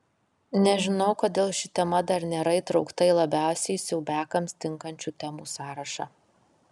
nežinau kodėl ši tema dar nėra įtraukta į labiausiai siaubiakams tinkančių temų sąrašą